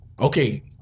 Okay